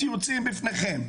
הציוצים בפניכם.